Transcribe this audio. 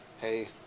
hey